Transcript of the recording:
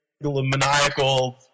maniacal